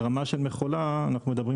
ברמת מכולה אנחנו מדברים